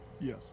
Yes